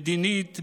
מדינית,